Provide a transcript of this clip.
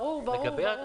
ברור, ברור.